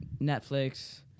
Netflix